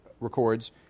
records